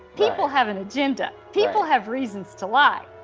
people have an agenda. people have reasons to lie,